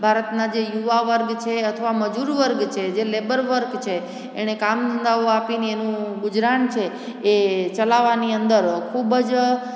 ભારતના જે યુવા વર્ગ છે અથવા મજુર વર્ગ છે જે લેબર વર્ગ છે એણે કામ નવું આપીને એનું ગુજરાન છે એ ચલાવાની અંદર ખૂબ જ